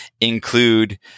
include